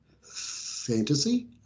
fantasy